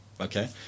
okay